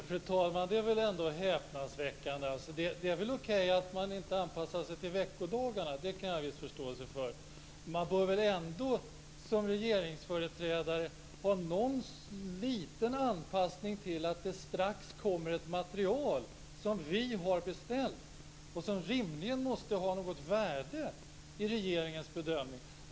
Fru talman! Det är väl ändå häpnadsväckande. Att man inte anpassar sig till veckodagarna är väl okej; det kan jag ha viss förståelse för. Men som regeringsföreträdare bör man väl ha någon liten anpassning till att det snart kommer ett material som vi har beställt och som rimligen måste ha ett värde i regeringens bedömning.